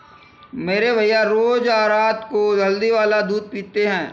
मेरे भैया रोज रात को हल्दी वाला दूध पीते हैं